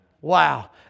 Wow